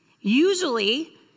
Usually